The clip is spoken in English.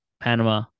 Panama